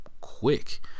quick